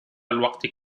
الوقت